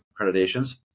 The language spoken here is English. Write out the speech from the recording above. accreditations